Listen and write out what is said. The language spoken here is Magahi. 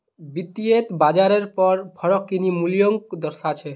वित्तयेत बाजारेर पर फरक किन्ही मूल्योंक दर्शा छे